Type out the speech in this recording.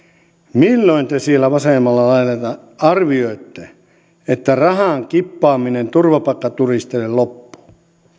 milloin te siellä vasemmalla laidalla arvioitte että rahan kippaaminen turvapaikkaturisteille loppuu